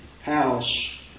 house